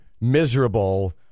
miserable